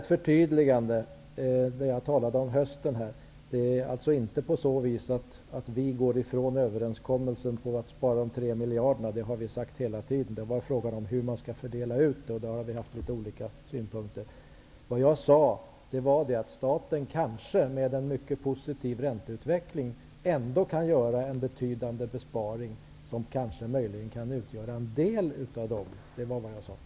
Jag vill sedan göra ett förtydligande till det som jag tidigare sade om hösten. Vi frångår inte överenskommelsen för att spara de 3 mljarderna. Det är bara fråga om hur man skall fördela ut detta. På det har vi haft litet skiftande synpunkter. Vad jag sade var att staten med en mycket positiv ränteutveckling kanske ändå kan göra en betydande besparing som möjligen kan utgöra en del av de 3 miljarderna. Det var vad jag sade.